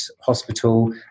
hospital